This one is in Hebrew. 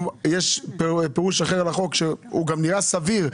יש פירוש אחר לחוק שהוא גם נראה סביר,